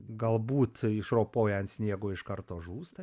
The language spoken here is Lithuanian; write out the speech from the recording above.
galbūt išropoję ant sniego iš karto žūsta